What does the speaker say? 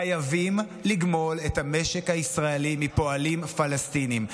חייבים לגמול את המשק הישראלי מפועלים פלסטינים.